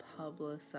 publicize